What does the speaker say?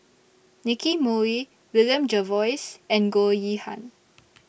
Nicky Moey William Jervois and Goh Yihan